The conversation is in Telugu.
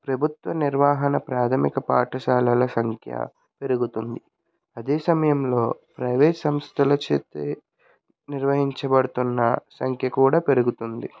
ప్రభుత్వ నిర్వాహన ప్రాథమిక పాఠశాలల సంఖ్య పెరుగుతుంది అదే సమయంలో ప్రవేట్ సంస్థలు చెప్పే నిర్వహించబడుతున్న సంఖ్య కూడా పెరుగుతుంది